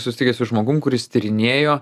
susitikęs su žmogum kuris tyrinėjo